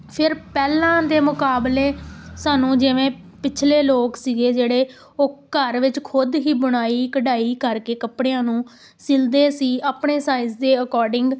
ਫਿਰ ਪਹਿਲਾਂ ਦੇ ਮੁਕਾਬਲੇ ਸਾਨੂੰ ਜਿਵੇਂ ਪਿਛਲੇ ਲੋਕ ਸੀਗੇ ਜਿਹੜੇ ਉਹ ਘਰ ਵਿੱਚ ਖੁਦ ਹੀ ਬੁਣਾਈ ਕਢਾਈ ਕਰਕੇ ਕੱਪੜਿਆਂ ਨੂੰ ਸਿਲਦੇ ਸੀ ਆਪਣੇ ਸਾਈਜ਼ ਦੇ ਅਕੋਰਡਿੰਗ